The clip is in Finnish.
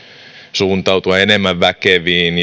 suuntautua enemmän väkeviin